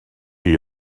chi